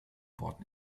worden